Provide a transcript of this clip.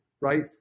right